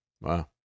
Wow